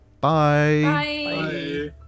Bye